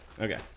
Okay